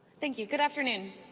thank you. good afternoon.